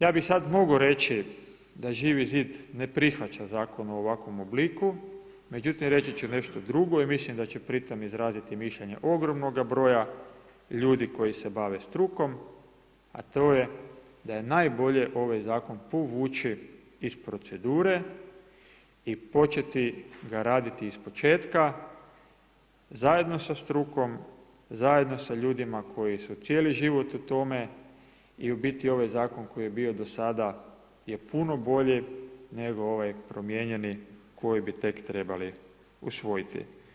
Ja bih sada mogao reći da Živi zid ne prihvaća zakon u ovakvom obliku međutim reći ću nešto drugo i mislim da ću pri tome izraziti mišljenje ogromnoga broja ljudi koji se bave strukom a to je da je najbolje ovaj zakon povući iz procedure i početi ga raditi ispočetka zajedno sa strukom, zajedno sa ljudima koji su cijeli život u tome i u biti ovaj zakon koji je bio do sada je puno bolji nego ovaj promijenjeni koji bi tek trebali usvojiti.